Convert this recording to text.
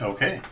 Okay